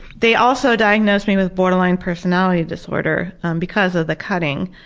they also diagnosed me with borderline personality disorder because of the cutting.